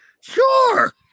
Sure